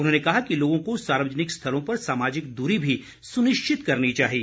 उन्होंने कहा कि लोगों को सार्वजनिक स्थलों पर सामाजिक दूरी भी सुनिश्चित करनी चाहिए